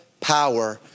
power